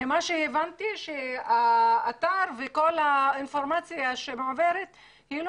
ממה שהבנתי האתר וכל האינפורמציה בו לא